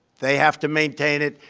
they have to maintain it.